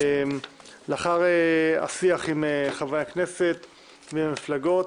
לאחר השיח עם חברי הכנסת מהמפלגות,